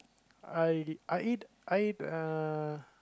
I I eat I uh